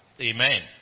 Amen